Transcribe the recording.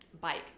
bike